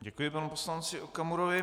Děkuji panu poslanci Okamurovi.